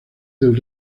del